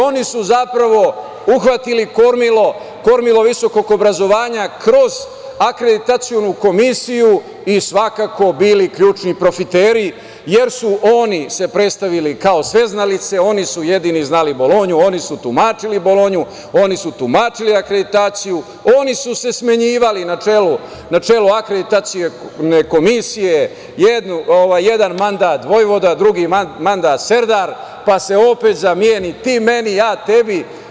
Oni su uhvatili kormilo visokog obrazovanja kroz akreditacionu komisiju i svakako bili ključni profiteri jer su se oni predstavili kao sveznalice, oni su jedini znali Bolonju, oni su tumačili Bolonju, oni su tumačili akreditaciju, oni su se smenjivali na čelu akreditacione komisije, jedan mandat vojvoda, drugi mandat serdar, pa se opet zameni, ti meni, ja tebi.